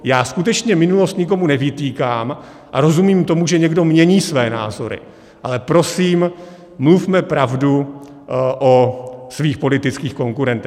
Já skutečně minulost nikomu nevytýkám a rozumím tomu, že někdo mění své názory, ale prosím, mluvme pravdu o svých politických konkurentech.